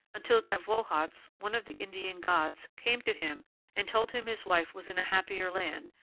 until tavwoats, one of the indian gods, came to him and told him his wife was in a happier land,